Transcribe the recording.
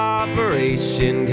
operation